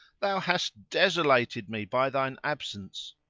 thou hast desolated me by thine absence.